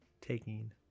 taking